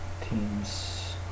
teams